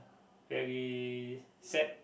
very sad